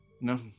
No